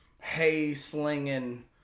hay-slinging